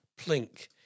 plink